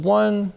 one